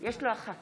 יש לו אחת.